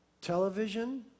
television